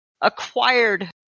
acquired